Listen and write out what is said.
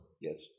Yes